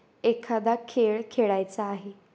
एखादा खेळ खेळायचा आहे